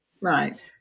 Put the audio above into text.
Right